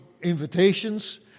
invitations